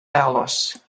alice